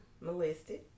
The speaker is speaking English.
molested